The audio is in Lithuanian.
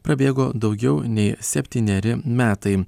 prabėgo daugiau nei septyneri metai